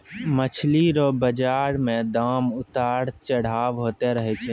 मछली रो बाजार मे दाम उतार चढ़ाव होते रहै छै